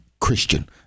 Christian